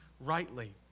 rightly